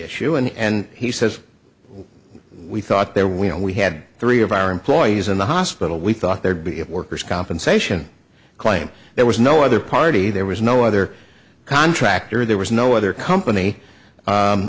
issue in and he says we thought there when we had three of our employees in the hospital we thought there'd be a worker's compensation claim there was no other party there was no other contractor there was no other company